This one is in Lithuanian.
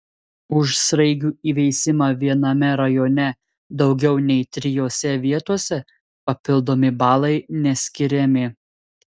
už sraigių įveisimą viename rajone daugiau nei trijose vietose papildomi balai neskiriami